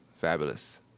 Fabulous